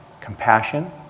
compassion